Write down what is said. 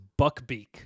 Buckbeak